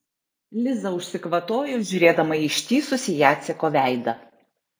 liza užsikvatojo žiūrėdama į ištįsusį jaceko veidą